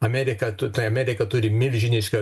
amerika tu amerika turi milžinišką